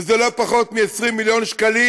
וזה לא פחות מ-20 מיליון שקלים.